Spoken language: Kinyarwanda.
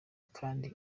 kandi